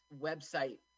website